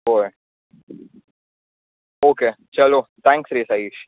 हय ओके चलो थेंक्स रे साइश